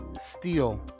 Steel